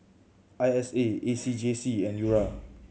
I S A A C J C and URA